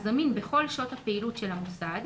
הזמין בכל שעות הפעילות של המוסד,